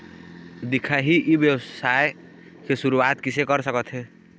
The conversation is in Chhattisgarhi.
दिखाही ई व्यवसाय के शुरुआत किसे कर सकत हे?